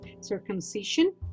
circumcision